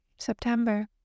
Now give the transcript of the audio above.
September